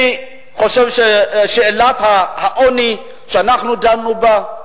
שאלת העוני שאנחנו דנו בה,